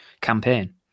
campaign